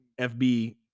fb